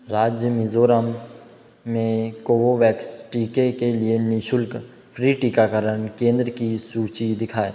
राज्य मिज़ोरम में कोवोवैक्स टीके के लिए निःशुल्क फ्री टीकाकरण केंद्र की सूची दिखाएँ